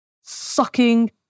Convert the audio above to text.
Sucking